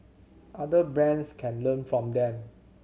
other brands can learn from them